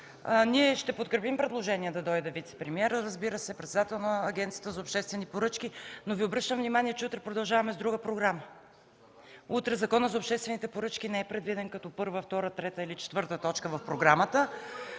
ние ще подкрепим предложението да дойде вицепремиерът, разбира се, председателят на Агенцията за обществени поръчки, но Ви обръщам внимание, че утре продължаваме с друга програма. Утре Законът за обществените поръчки не е предвиден като първа, втора, трета или четвърта точка в програмата.